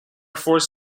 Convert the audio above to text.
force